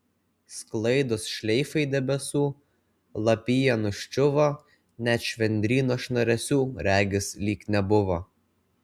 sklaidos šleifai debesų lapija nuščiuvo net švendryno šnaresių regis lyg nebuvo